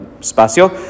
espacio